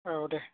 औ दे